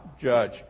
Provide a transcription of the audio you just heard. judge